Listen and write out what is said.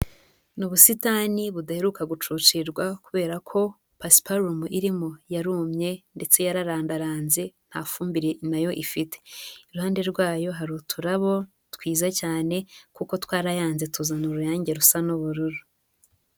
Ni ubusitani budaheruka gucucirwa kubera ko pasiparumu irimo yarumye ndetse yararandaranze, nta fumbire na yo ifite. Iruhande rwayo hari uturabo twiza cyane kuko twarayanze tuzana uruyange rusa n'ubururu.